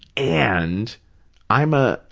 and i'm a,